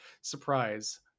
Surprise